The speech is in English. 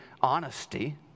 honesty